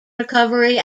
recovery